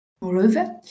Moreover